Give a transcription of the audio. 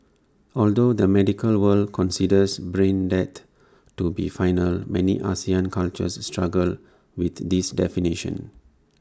although the medical world considers brain death to be final many Asian cultures struggle with this definition